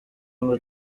ngo